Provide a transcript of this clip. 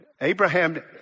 Abraham